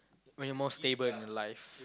when you're more stable in life